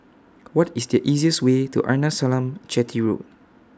What IS The easiest Way to Arnasalam Chetty Road